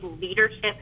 leadership